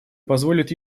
позволит